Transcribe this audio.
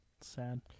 sad